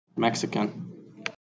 Mexican